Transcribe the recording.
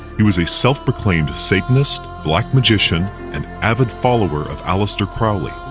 he was a self-proclaimed satanist, black magician and avid follower of aleister crowley,